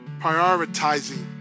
prioritizing